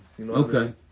Okay